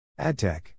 AdTech